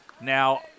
Now